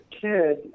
kid